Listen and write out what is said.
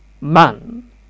man